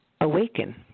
awaken